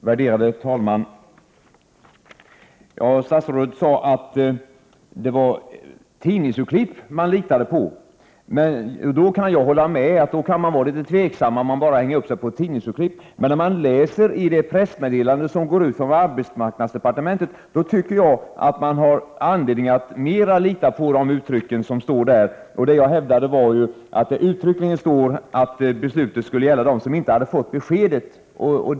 Herr talman! Statsrådet sade att människor litade på tidningsuppgifter. Jag kan hålla med om att man skall vara litet försiktig och inte lita på tidningarna. Den som läser det pressmeddelande som sändes ut från arbetsmarknadsdepartementet skall se att det fanns anledning att lita på de formuleringar som står där. Jag hävdade ju att det uttryckligen står att beslutet skulle gälla dem som inte fått besked.